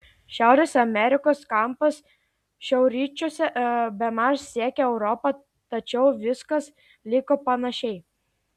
šiaurės amerikos kampas šiaurryčiuose bemaž siekė europą tačiau viskas liko panašiai